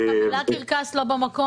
רק המילה "קרקס" לא במקום.